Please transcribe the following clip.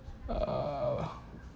uh